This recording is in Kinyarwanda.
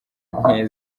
nke